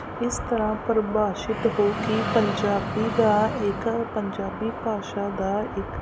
ਇਸ ਤਰ੍ਹਾਂ ਪਰਿਭਾਸ਼ਿਤ ਹੋਵੇਗੀ ਪੰਜਾਬੀ ਦਾ ਇੱਕ ਪੰਜਾਬੀ ਭਾਸ਼ਾ ਦਾ ਇੱਕ